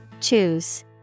Choose